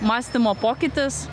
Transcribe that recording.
mąstymo pokytis